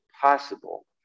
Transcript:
possible